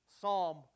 Psalm